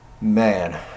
man